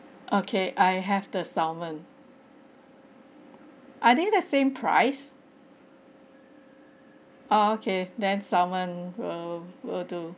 okay I have the salmon are they the same price oh okay then salmon will will do